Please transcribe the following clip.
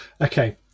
Okay